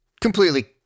completely